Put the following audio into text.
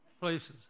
Places